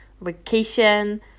vacation